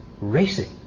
racing